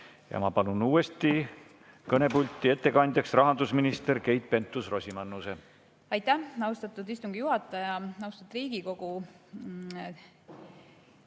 ja ma palun uuesti kõnepulti ettekandjaks rahandusminister Keit Pentus-Rosimannuse. Aitäh, austatud istungi juhataja! Austatud Riigikogu!